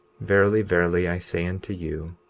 verily, verily, i say unto you,